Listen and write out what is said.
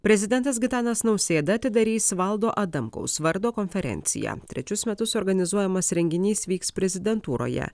prezidentas gitanas nausėda atidarys valdo adamkaus vardo konferenciją trečius metus organizuojamas renginys vyks prezidentūroje